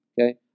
Okay